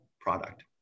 product